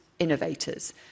innovators